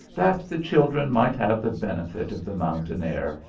that the children might have the benefit of the mountain air,